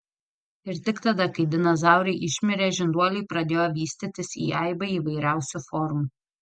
ir tik tada kai dinozaurai išmirė žinduoliai pradėjo vystytis į aibę įvairiausių formų